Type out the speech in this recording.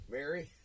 Mary